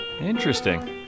Interesting